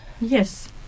yes